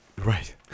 Right